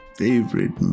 favorite